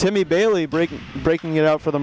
me bailey breaking breaking it out for the